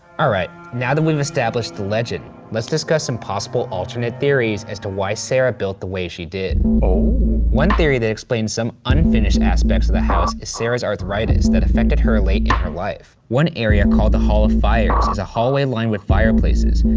alright, now that we've established the legend, let's discuss some possible alternate theories as to why sarah built the way she did. one theory that explains some unfinished aspects of the house is sarah's arthritis that affected her late in her life. one area, called the hall of fires is a hallway lined with fireplaces.